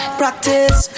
practice